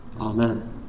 Amen